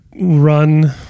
run